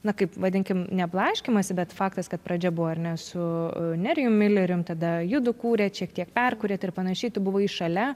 na kaip vadinkim ne blaškymąsi bet faktas kad pradžia buvo ar ne su nerijum mileriumi tada judu kūrė šiek tiek perkuryt ir panašiai tu buvai šalia